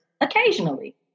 occasionally